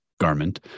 garment